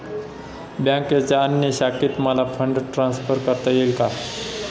बँकेच्या अन्य शाखेत मला फंड ट्रान्सफर करता येईल का?